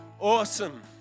Awesome